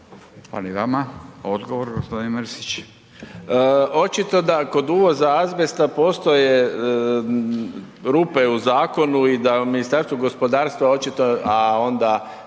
Mirando (Demokrati)** Očito da kod uvoza azbesta postoje rupe u zakonu i da u Ministarstvo gospodarstva očito, a onda